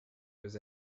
was